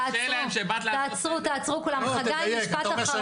אתה אומר שאני